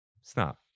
stop